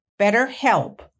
BetterHelp